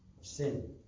sin